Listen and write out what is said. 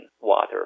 water